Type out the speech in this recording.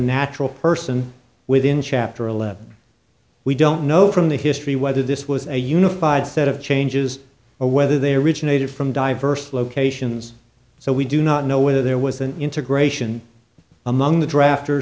natural person within chapter eleven we don't know from the history whether this was a unified set of changes or whether they originated from diverse locations so we do not know whether there was an integration among the draft